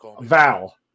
Val